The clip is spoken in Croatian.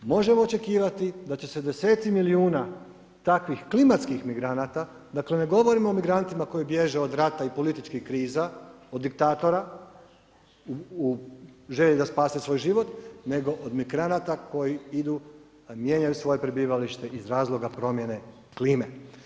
Možemo očekivati da će se deseci milijuna takvih klimatskih migranata, dakle, ne govorimo o migrantima koji bježe od rata i političkih kriza, od diktatora, u želji da spase svoj život, nego od migranata koji idu, mijenjaju svoje prebivalište iz razloga promjene klime.